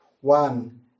One